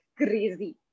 crazy